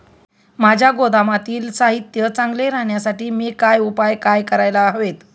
माझ्या गोदामातील साहित्य चांगले राहण्यासाठी मी काय उपाय काय करायला हवेत?